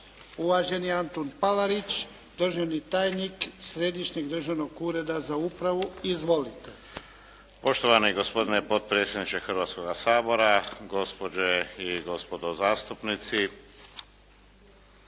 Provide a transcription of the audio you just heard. Uvaženi Antun Palarić, državni tajnik Središnjeg državnog ureda za upravu. Izvolite. **Palarić, Antun** Poštovani gospodine potpredsjedniče Hrvatskoga sabora, gospođe i gospodo zastupnici.